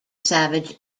savage